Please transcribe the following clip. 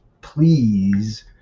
please